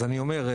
אז אני אומר,